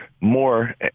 more